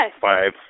five